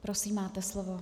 Prosím, máte slovo.